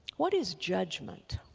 what is judgment?